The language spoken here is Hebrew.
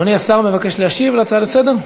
אדוני השר מבקש להשיב על ההצעה לסדר-היום?